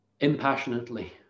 impassionately